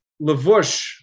levush